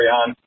on